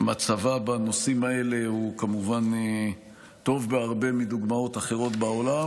ומצבה בנושאים האלה הוא כמובן טוב בהרבה מדוגמאות אחרות בעולם.